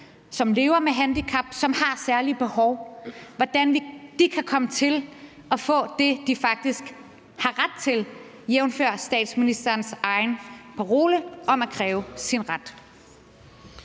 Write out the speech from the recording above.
som lever med handicap, og som har særlige behov, og hvordan de kan komme til at få det, de faktisk har ret til, jævnfør statsministerens egen parole om at kræve sin ret.